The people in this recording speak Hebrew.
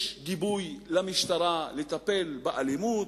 יש גיבוי למשטרה לטפל באלימות,